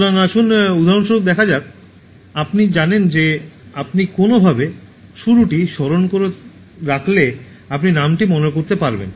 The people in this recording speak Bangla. সুতরাং আসুন উদাহরণস্বরূপ দেখা যাক আপনি জানেন যে আপনি কোনওভাবে শুরুটি স্মরণ করে রাখলে আপনি নামটি মনে করতে পারবেন